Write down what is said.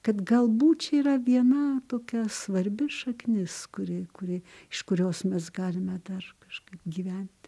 kad galbūt čia yra viena tokia svarbi šaknis kuri kuri iš kurios mes galime dar kažkaip gyventi